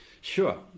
sure